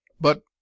but